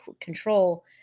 control